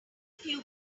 few